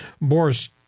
Boris